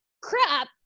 crap